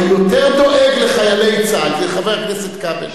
היותר דואג לחיילי צה"ל, זה חבר הכנסת כבל.